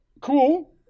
cool